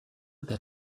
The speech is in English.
that